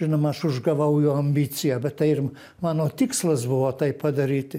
žinoma aš užgavau jo ambiciją bet tai ir mano tikslas buvo tai padaryti